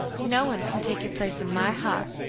no one can take your place in my heart.